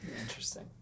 Interesting